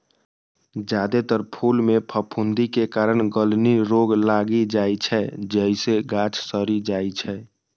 जादेतर फूल मे फफूंदी के कारण गलनी रोग लागि जाइ छै, जइसे गाछ सड़ि जाइ छै